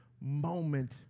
moment